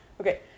Okay